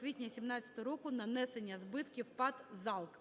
квітня 17-го року нанесення збитків ПАТ "ЗалК".